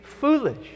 foolish